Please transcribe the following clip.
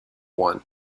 one